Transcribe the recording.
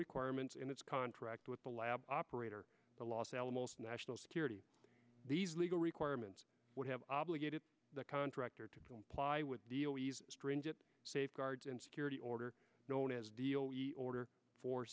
requirements in its contract with the lab operator the los alamos national security these legal requirements would have obligated the contractor to comply with the stringent safeguards and security order known as deal order for